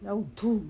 要吐